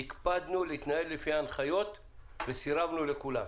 והקפדנו להתנהל לפי ההנחיות וסירבנו לכולם.